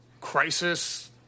crisis